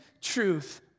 truth